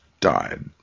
died